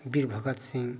Veer Bhagat Singh